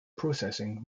processing